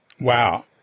Wow